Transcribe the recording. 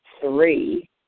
three